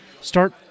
start